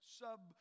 sub